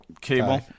Cable